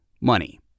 money